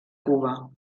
cuba